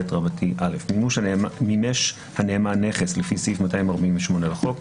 134ט.מימוש בידי נאמן מימש הנאמן נכס לפי סעיף 248 לחוק,